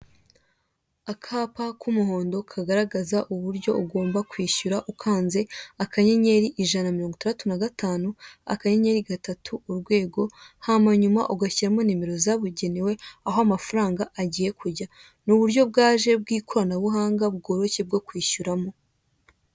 Akapa k'umuhondo, kagaragaza uburyo ugomba agomba kwishyura, ukanze akanyenyeri, ijana na mirongo itandatu na gatanu, akanyenyeri, gatatu, urwego, hama nyuma ugashyiramo nimero zabugenewe, aho amafaranga agiye kujya. Ni uburyo bwaje bw'ikiranabuhanga, bworoshye, bwo kwishyuramo.